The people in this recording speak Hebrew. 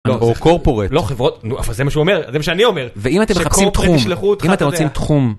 או קורפורט. לא חברות, זה מה שהוא אומר, זה מה שאני אומר. ואם אתם מחפשים תחום, אם אתם רוצים תחום.